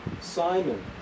Simon